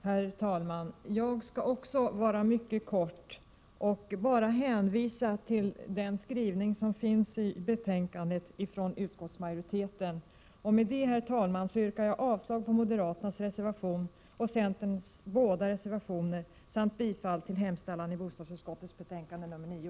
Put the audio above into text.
Herr talman! Jag skall fatta mig mycket kort och bara hänvisa till utskottsmajoritetens skrivning i betänkandet. Med det, herr talman, yrkar jag avslag på moderaternas reservation och centerns båda reservationer samt bifall till utskottets hemställan i bostadsutskottets betänkande 9.